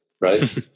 right